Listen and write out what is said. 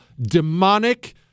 demonic